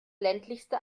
ländlichste